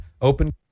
open